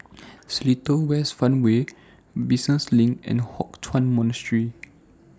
Seletar West Farmway Business LINK and Hock Chuan Monastery